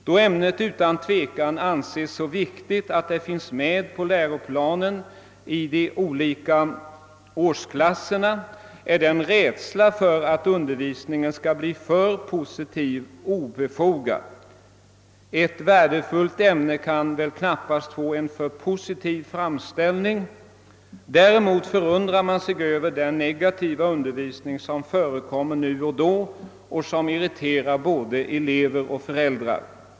Då man utan tvekan anser ämnet så viktigt, att det finns med på läroplanen i de olika årsklasserna, är rädslan för att undervisningen skall bli alltför positiv oberättigad — ett värdefullt ämne kan knappast få en alltför positiv framställning. Däremot är det förunderligt med den negativa undervisning som förekommer då och då och som irriterar såväl elever som föräldrar.